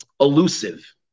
elusive